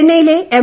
ചെ്ന്നൈയിലെ M